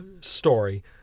story